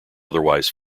otherwise